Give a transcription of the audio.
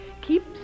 Keep